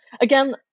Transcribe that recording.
again